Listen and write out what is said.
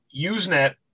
usenet